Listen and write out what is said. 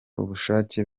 ubushake